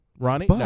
Ronnie